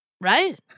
right